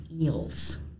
eels